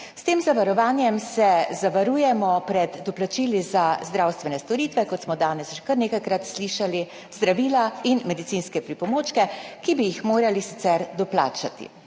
S tem zavarovanjem se zavarujemo pred doplačili za zdravstvene storitve, kot smo danes že kar nekajkrat slišali, zdravila in medicinske pripomočke, ki bi jih morali sicer doplačati.